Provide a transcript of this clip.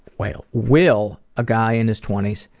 whale! will, a guy in his twenty s.